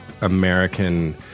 American